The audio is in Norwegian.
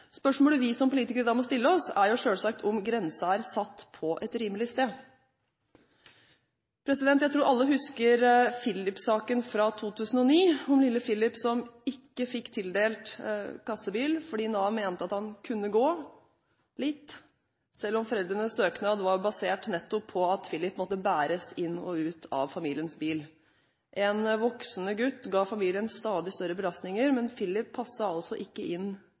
Spørsmålet vi som politikere da må stille oss, er selvsagt om grensen er satt et rimelig sted. Jeg tror alle husker Filip-saken fra 2010, om lille Filip som ikke fikk tildelt kassebil fordi Nav mente at han kunne gå litt, selv om foreldrenes søknad var basert nettopp på at Filip måtte bæres inn og ut av familiens bil. En voksende gutt ga familien stadig større belastninger, men Filip passet altså ikke inn